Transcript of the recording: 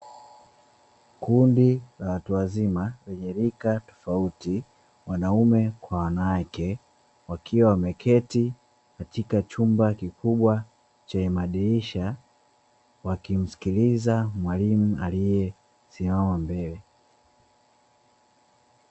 Kundi la watu wazima wenye rika tofauti, wanaume kwa wanawake wakiwa wameketi katika chumba kikubwa chenye madirisha wakimsikiliza mwalimu aliyesimama mbele.